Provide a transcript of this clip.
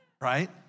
Right